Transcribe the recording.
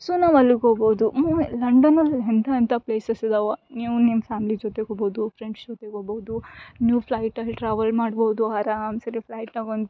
so ನಾವು ಅಲ್ಲಿಗೆ ಹೋಗೋದು ಲಂಡನಲ್ಲಿ ಎಂಥ ಎಂಥ ಪ್ಲೇಸಸ್ ಇದಾವೆ ನೀವು ನಿಮ್ಮ ಫ್ಯಾಮ್ಲಿ ಜೊತೆ ಹೋಬೋದು ಫ್ರೆಂಡ್ಸ್ ಜೊತೆಗೆ ಹೋಗ್ಬೌದು ನೀವು ಫ್ಲೈಟಲ್ಲಿ ಟ್ರಾವೆಲ್ ಮಾಡ್ಬೋದು ಆರಾಮ್ಸೆಲಿ ಫ್ಲೈಟಿನಾಗ್ ಒಂದು